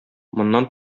моннан